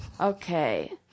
Okay